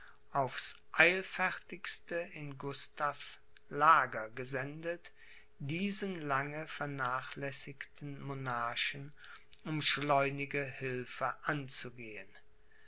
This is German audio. aufs eilfertigste in gustavs lager gesendet diesen lange vernachlässigten monarchen um schleunige hilfe anzugehen